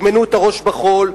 ותטמנו את הראש בחול,